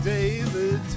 David